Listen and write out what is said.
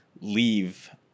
leave